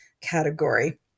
category